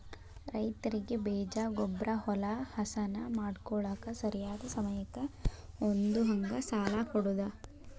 ರೈತರಿಗೆ ಬೇಜ, ಗೊಬ್ಬ್ರಾ, ಹೊಲಾ ಹಸನ ಮಾಡ್ಕೋಳಾಕ ಸರಿಯಾದ ಸಮಯಕ್ಕ ಹೊಂದುಹಂಗ ಸಾಲಾ ಕೊಡುದ